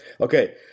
okay